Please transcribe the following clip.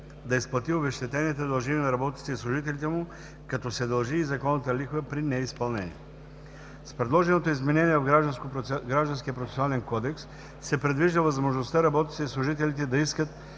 да изплати обезщетенията, дължими на работниците и служителите му, като се дължи и законната лихва при неизпълнение. С предложеното изменение в Гражданския процесуален кодекс се предвижда възможността работниците и служителите да искат